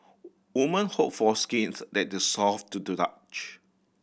woman hope for skin that is soft to the touch